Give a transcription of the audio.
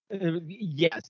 Yes